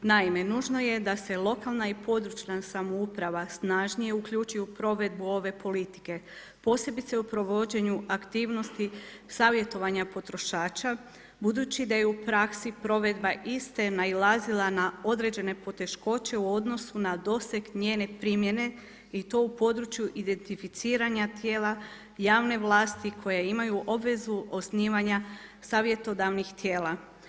Naime nužno je da se lokalna i područna samouprava snažnije u ključa u provedbu ove politike, posebice u provođenju aktivnosti savjetovanja potrošača, budući da je u praksi provedba iste nailazila na određene poteškoće u odnosu na doseg njene primjene i to u području identificiranja tijela javne vlasti koje imaju obvezu osnivanja savjetodavnih tijela.